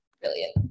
Brilliant